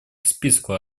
списку